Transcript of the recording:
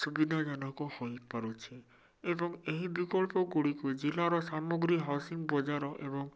ସୁବିଧାଜନକ ହୋଇପାରୁଛି ଏବଂ ଏହି ବିକଳ୍ପ ଗୁଡ଼ିକୁ ଜିଲ୍ଲାର ସାମଗ୍ରୀ ହାଉସିଙ୍ଗ ବଜାର ଏବଂ